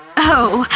oh,